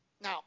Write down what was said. Now